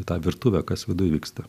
tą virtuvę kas viduj vyksta